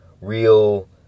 real